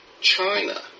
China